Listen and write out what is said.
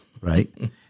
right